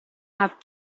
have